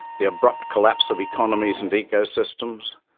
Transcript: the abrupt collapse of economies and ecosystems,